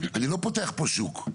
אני לא פותח פה שוק.